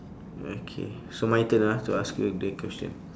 okay so my turn ah to ask you the question